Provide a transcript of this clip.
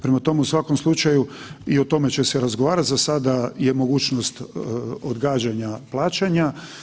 Prema tome u svakom slučaju i o tome će se razgovarati, za sada je mogućnost odgađanja plaćanja.